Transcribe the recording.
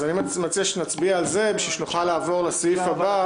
אני מציע שנצביע על זה כדי שנוכל לעבור לסעיף הבא.